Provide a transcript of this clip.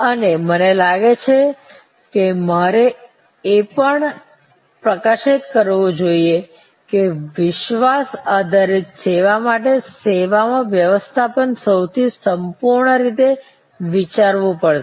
અને મને લાગે છે કે મારે એ પણ હાઇલાઇટ કરવું જોઇએ કે વિશ્વાસ આધારિત સેવા માટે સેવા માં વ્યવસ્થાપન સૌથી સંપૂર્ણ રીતે વિચારવું પડશે